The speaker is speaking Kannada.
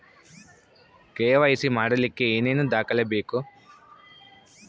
ಕೆ.ವೈ.ಸಿ ಮಾಡಲಿಕ್ಕೆ ಏನೇನು ದಾಖಲೆಬೇಕು?